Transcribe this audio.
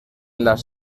las